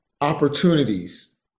opportunities